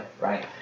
right